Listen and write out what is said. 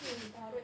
fucking retarded